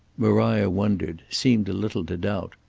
maria wondered, seemed a little to doubt.